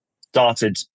started